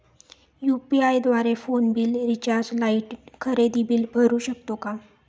UPI द्वारे phone bill, recharge, light, खरेदी bill भरू शकतो का?